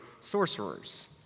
sorcerers